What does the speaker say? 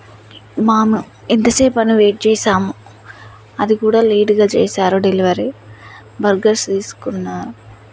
మేము ఎంతసేపు అని వెయిట్ చేశాము అది కూడా లేటుగా చేశారు డెలివరీ బర్గర్స్ తీసుకున్నా